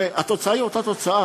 הרי התוצאה היא אותה תוצאה,